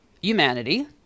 humanity